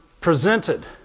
presented